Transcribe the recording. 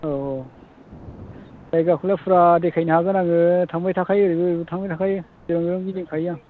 औ औ जायगाखौलाय फुरा देखायनो हागोन आङो थांबाय थाखायो ओरैबो ओरैबो थांबाय थाखायो जेराव मेराव गिदिंखायो आं